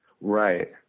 Right